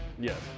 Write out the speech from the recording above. yes